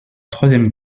troisième